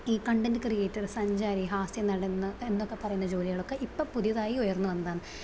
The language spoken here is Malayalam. ഈ കണ്ടൻറ്റ് ക്രിയേറ്റർ സഞ്ചാരി ഹാസ്യ നടൻ എ എന്നൊക്കെ പറയുന്ന ജോലികളൊക്കെ ഇപ്പോൾ പുതുതായി ഉയർന്നു വന്നതാണ് പണ്ട്